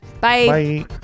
Bye